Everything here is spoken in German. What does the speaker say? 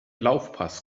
laufpass